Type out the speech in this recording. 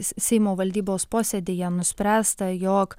seimo valdybos posėdyje nuspręsta jog